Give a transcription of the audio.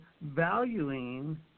valuing